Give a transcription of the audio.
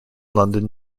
london